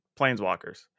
Planeswalkers